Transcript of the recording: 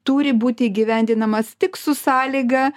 turi būti įgyvendinamas tik su sąlyga